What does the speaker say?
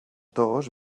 dos